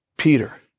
Peter